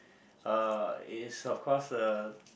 uh it's of course the